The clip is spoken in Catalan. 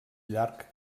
llarg